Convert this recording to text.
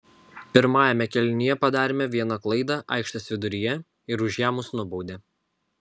pirmajame kėlinyje padarėme vieną klaidą aikštės viduryje ir už ją mus nubaudė